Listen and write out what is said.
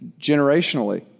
generationally